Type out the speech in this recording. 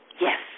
Yes